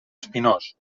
espinós